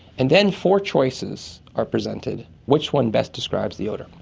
and then for choices are presented, which one best describes the odour?